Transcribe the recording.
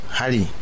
hali